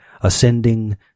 Ascending